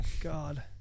God